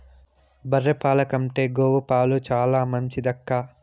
బర్రె పాల కంటే గోవు పాలు చాలా మంచిదక్కా